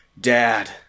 Dad